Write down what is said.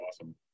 awesome